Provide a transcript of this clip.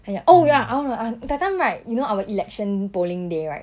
!aiya! oh ya I want to ask that time right you know our election polling day right